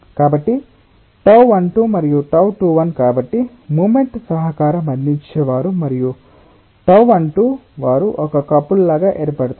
కాబట్టి τ12 మరియు τ21కాబట్టి మూమెంట్ సహకారం అందించేవారు మరియు ఈ τ 1 2 వారు ఒక కపుల్ లాగా ఏర్పడతారు